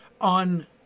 on